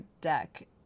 deck